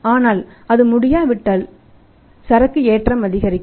ஆனால் அது முடியாவிட்டால் சரக்கு ஏற்றம் அதிகரிக்கும்